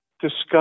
discuss